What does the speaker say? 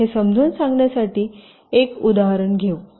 हे समजावून सांगण्यासाठी एक उदाहरण घेऊ